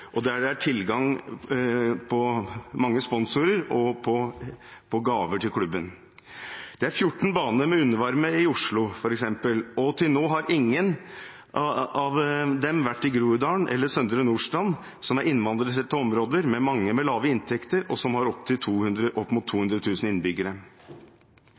og der det er tilgang på mange sponsorer og gaver til klubben. Det er 14 baner med undervarme i Oslo, f.eks., og til nå ligger ingen av dem i Groruddalen eller på Søndre Nordstrand, som er innvandrertette områder, og som har opp mot 200 000 innbyggere, mange med lave inntekter.